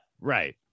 Right